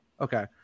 Okay